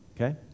okay